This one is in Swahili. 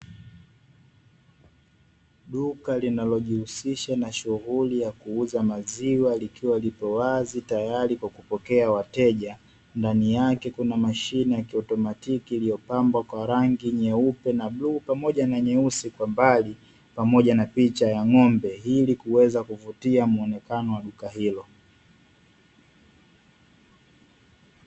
Duka linalojihusisha na shuguli ya kuuza maziwa likiwa lipo wazi tayari kwa kupokea wateja, ndani yake kuna mashine ya kiotomatiki iliyopambwa kwa rangi nyeupe na bluu pamoja na nyeusi kwa mbali pamoja na picha ya ng'ombe ili kuweza kuvutia mwonekano wa duka hilo.